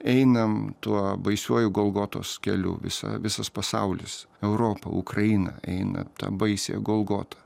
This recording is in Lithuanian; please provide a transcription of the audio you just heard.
einam tuo baisiuoju golgotos keliu visa visas pasaulis europa ukraina eina tą baisią golgotą